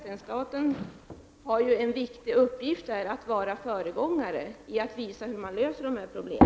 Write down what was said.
Staten har en viktig uppgift i att vara föregångare och visa hur man löser dessa problem.